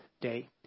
day